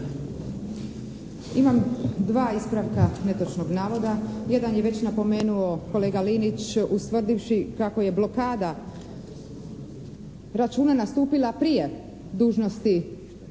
Imam dva ispravka netočnog navoda. Jedan je već napomenuo kolega Linić ustvrdivši kako je blokada računa nastupila prije dužnosti